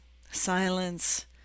Silence